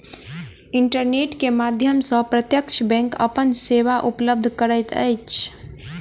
internet के माध्यम सॅ प्रत्यक्ष बैंक अपन सेवा उपलब्ध करैत अछि